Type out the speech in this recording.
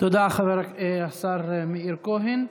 תודה, השר מאיר כהן.